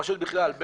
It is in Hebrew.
ברשויות בכלל,